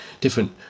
different